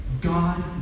God